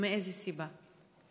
מאיזו סיבה?